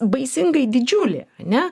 baisingai didžiulė ane